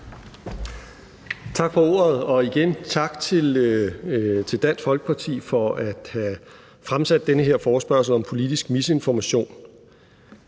Tak for ordet, og igen tak til Dansk Folkeparti for at have fremsat den her forespørgsel om politisk misinformation.